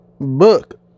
book